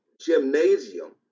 gymnasium